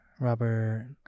robert